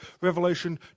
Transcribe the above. Revelation